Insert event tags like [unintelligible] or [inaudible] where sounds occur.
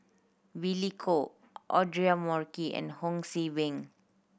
Billy Koh Audra [unintelligible] and Ho See Beng